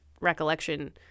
recollection